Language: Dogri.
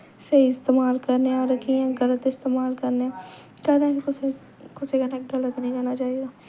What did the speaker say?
स्हेई इस्तमाल करने आं होर कियां गलत इस्तमाल करने आं कदें बी कुसै कन्नै गलत नी करना चाहिदा